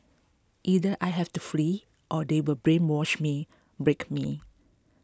either I have to flee or they will brainwash me break me